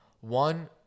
one